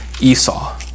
Esau